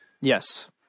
Yes